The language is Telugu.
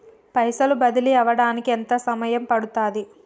పైసలు బదిలీ అవడానికి ఎంత సమయం పడుతది?